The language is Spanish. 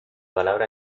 palabra